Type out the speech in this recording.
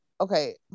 okay